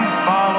follow